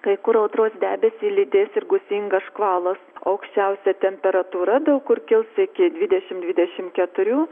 kai kur audros debesį lydės ir gūsingas škvalas aukščiausia temperatūra daug kur kils iki dvidešim dvidešim keturių